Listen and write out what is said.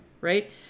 right